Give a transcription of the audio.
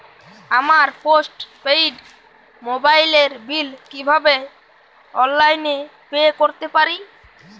আমার postpaid মোবাইলের bill কীভাবে অনলাইনে পে করতে পারি?